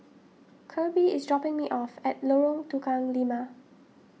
Kirby is dropping me off at Lorong Tukang Lima